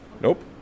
Nope